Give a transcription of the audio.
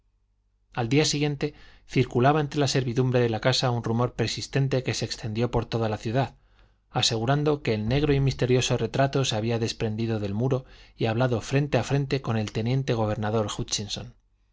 al día siguiente circulaba entre la servidumbre de la casa un rumor persistente que se extendió por toda la ciudad asegurando que el negro y misterioso retrato se había desprendido del muro y hablado frente a frente con el teniente gobernador hútchinson